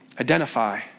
Identify